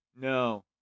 No